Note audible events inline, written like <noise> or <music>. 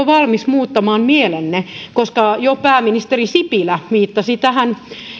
<unintelligible> valmis muuttamaan mielenne koska jo pääministeri sipilä viittasi tähän